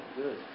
good